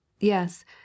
Yes